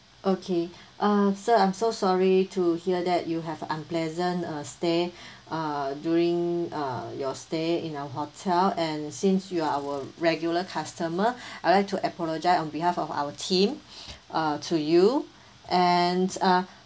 okay uh sir I'm so sorry to hear that you have unpleasant uh stay uh during uh your stay in our hotel and since you are our regular customer I would like to apologise on behalf of our team uh to you and uh